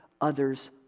others